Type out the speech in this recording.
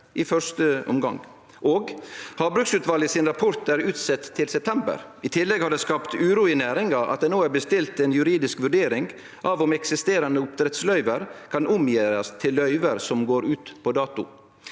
i første omgang, og rapporten frå Havbruksutvalet er utsett til september. I tillegg har det skapt uro i næringa at det no er bestilt ei juridisk vurdering av om eksisterande opp drettsløyve kan gjerast om til løyve som går ut på dato.